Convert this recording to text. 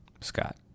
Scott